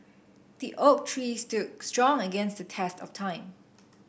the oak tree stood strong against the test of time